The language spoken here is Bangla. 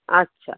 আচ্ছা